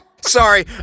Sorry